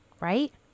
right